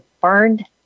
burned